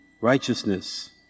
righteousness